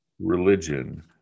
religion